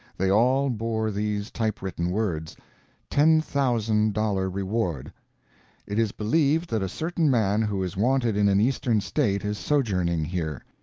they all bore these type-written words ten thousand dollars reward it is believed that a certain man who is wanted in an eastern state is sojourning here.